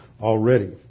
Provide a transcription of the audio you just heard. already